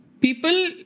people